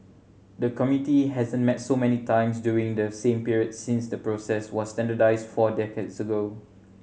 the committee hasn't met so many times during the same period since the process was standardised four decades ago